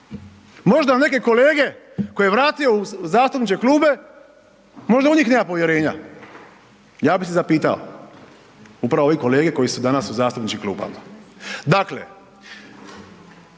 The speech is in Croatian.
možda neke kolege koje je vratio u zastupničke klupe možda u njih nema povjerenja. Ja bih se zapitao. Upravo ove kolege koji su danas u zastupničkim klupama.